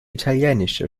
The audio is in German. italienische